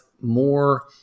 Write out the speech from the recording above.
more